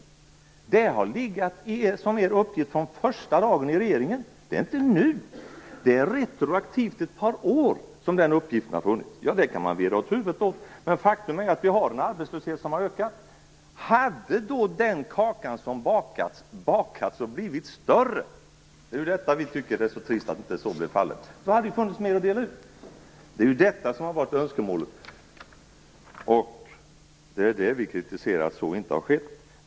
Det har legat som er uppgift från första dagen i regeringen! Det är inte nu den uppgiften finns, utan den har funnits i ett par år. Ja, det kan man skaka på huvudet åt, men faktum är att arbetslösheten har ökat. Om då kakan hade bakats och blivit större - vi tycker att det är trist att så inte blev fallet - hade det funnits mer att dela ut. Det är detta som har varit önskemålet. Vi kritiserar att detta inte har skett.